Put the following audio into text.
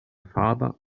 father